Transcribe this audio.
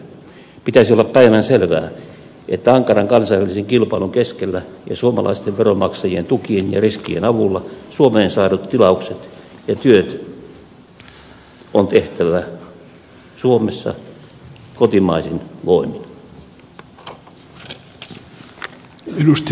pitäisi olla päivänselvää että ankaran kansainvälisen kilpailun keskellä ja suomalaisten veronmaksajien tukien ja riskien avulla suomeen saadut tilaukset ja työt on tehtävä suomessa kotimaisin voimin